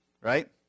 right